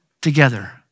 together